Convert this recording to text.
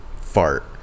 fart